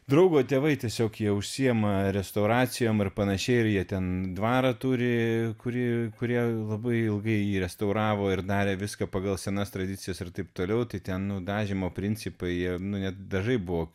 draugo tėvai tiesiog jie užsiima restauracijom ir panašiai ir jie ten dvarą turi kurį kurie labai ilgai jį restauravo ir darė viską pagal senas tradicijas ir taip toliau tai ten nu dažymo principai jie nu dažai buvo